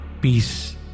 Peace